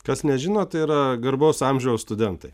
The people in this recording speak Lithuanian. kas nežino tai yra garbaus amžiaus studentai